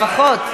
לפחות.